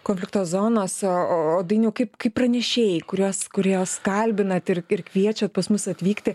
konflikto zonos o o dainiau kaip kaip pranešėjai kuriuos kuriuos kalbinat ir ir kviečiat pas mus atvykti